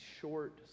short